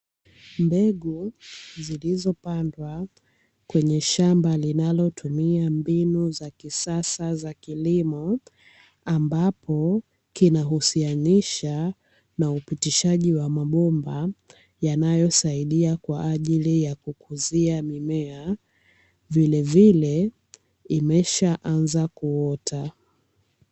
Mbegu zilizopandwa kwenye shamba linalotumia mbinu za kisasa za kilimo, ambapo kinahusianisha na upitishaji wa mabomba yanayosaidia kwa ajili ya kukuzia mimea, vilevile imeshaanza kuota.